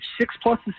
six-plus